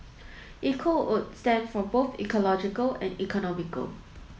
eco would stand for both ecological and economical